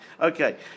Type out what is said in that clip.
Okay